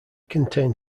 contained